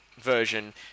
version